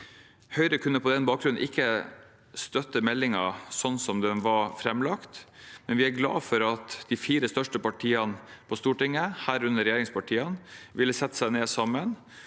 Høyre kunne på den bakgrunn ikke støtte meldingen sånn som den var framlagt. Men vi er glade for at de fire største partiene på Stortinget, herunder regjeringspartiene, ville sette seg ned sammen